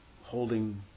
holding